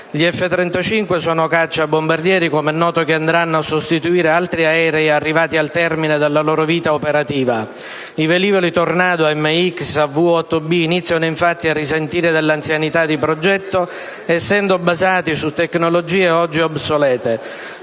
Gli F‑35 sono cacciabombardieri che, come è noto, andranno a sostituire altri aerei arrivati al termine della loro vita operativa. I velivoli Tornado, AMX, AV-8B, iniziano infatti a risentire dell'anzianità di progetto, essendo basati su tecnologie oggi obsolete.